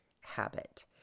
Habit